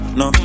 no